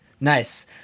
Nice